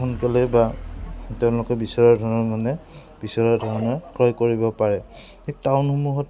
সোনকালে বা তেওঁলোকে বিচৰা ধৰণৰ মানে বিচৰা ধৰণৰ ক্ৰয় কৰিব পাৰে টাউনসমূহত